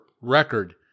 record